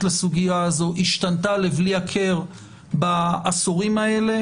לסוגיה הזו השתנתה לבלי הכר בעשורים האלה,